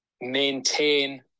maintain